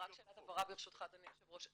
רק שאלת הבהרה, ברשותך אדוני היו"ר.